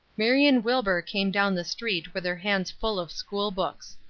marion wilbur came down the street with her hands full of school books.